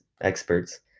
experts